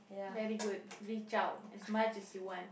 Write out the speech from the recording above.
very good reach out as much as you want